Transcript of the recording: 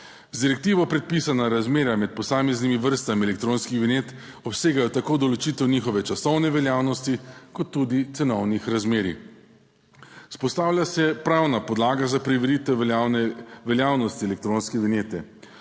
Z direktivo predpisana razmerja med posameznimi vrstami elektronskih vinjet obsegajo tako določitev njihove časovne veljavnosti, kot tudi cenovnih razmerij. Vzpostavlja se pravna podlaga za preveritev veljavnosti elektronske vinjete.